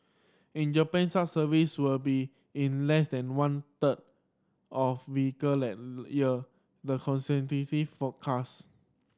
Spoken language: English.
in Japan such service will be in less than one third of vehicle that year the consultancy forecast